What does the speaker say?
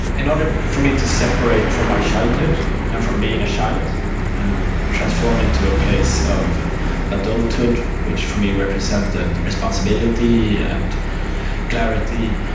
in order for me to separate from my childhood and from being a child and transforming to a place of adulthood which for me represented responsibility and clarity,